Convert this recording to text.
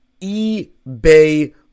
eBay